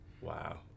Wow